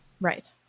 Right